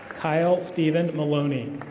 kyle steven maloney.